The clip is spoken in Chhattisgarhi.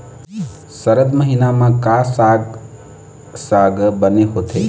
सरद महीना म का साक साग बने होथे?